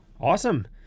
Awesome